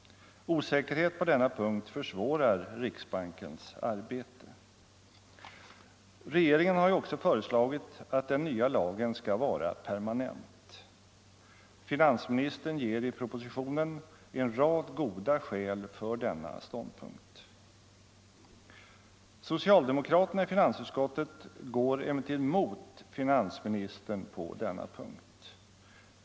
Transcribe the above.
Osäkerhet på denna punkt försvårar riksbankens arbete. Regeringen har ju också föreslagit att den nya lagen skall vara permanent. Finansministern ger i propositionen en rad goda skäl för denna ståndpunkt. Socialdemokraterna i finansutskottet går emellertid emot finansministern på den punkten.